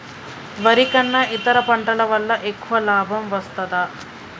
వరి కన్నా ఇతర పంటల వల్ల ఎక్కువ లాభం వస్తదా?